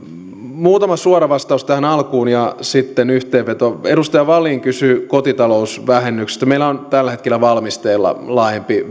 muutama suora vastaus tähän alkuun ja sitten yhteenveto edustaja wallin kysyi kotitalousvähennyksestä meillä on tällä hetkellä valmisteilla laajempi